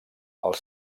els